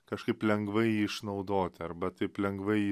kažkaip lengvai jį išnaudoti arba taip lengvai jį